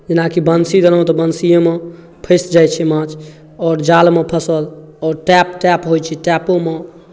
जेनाकि बंशी देलहुँ तऽ बंशीएमे फँसि जाइ छै माछ आओर जालमे फँसल आओर ट्रैप ट्रैप होइ छै ट्रेपोमे